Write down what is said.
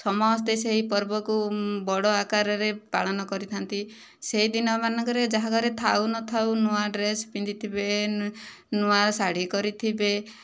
ସମସ୍ତେ ସେହି ପର୍ବକୁ ବଡ଼ ଆକାରରେ ପାଳନ କରିଥାନ୍ତି ସେହି ଦିନ ମାନଙ୍କରେ ଯାହା ଘରେ ଥାଉ ନଥାଉ ନୂଆ ଡ୍ରେସ ପିନ୍ଧିଥିବେ ନୂଆ ଶାଢ଼ୀ କରିଥିବେ